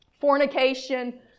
fornication